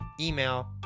email